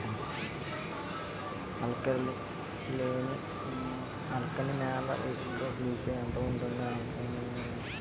Alkali నేల యెక్క P H ఎంత ఉంటుంది? ఆల్కలి నేలలో అధిక దిగుబడి ఇచ్చే పంట గ్యారంటీ వివరించండి?